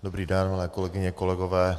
Dobrý den, milé kolegyně, kolegové.